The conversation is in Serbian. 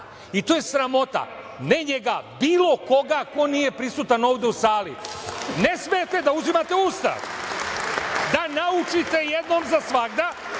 i to je sramota. Ne njega, nego bilo koga ko nije prisutan ovde u sali. Ne smete da uzimate u usta, da naučite jednom za svagda,